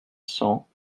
cent